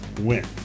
win